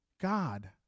God